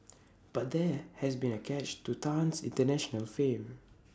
but there has been A catch to Tan's International fame